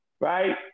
right